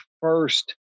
first